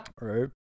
Right